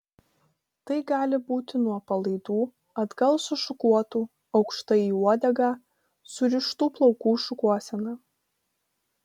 tai gali būti nuo palaidų atgal sušukuotų aukštai į uodegą surištų plaukų šukuosena